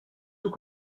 tous